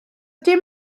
dim